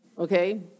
Okay